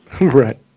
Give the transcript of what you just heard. Right